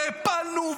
והפלנו,